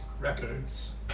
records